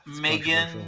Megan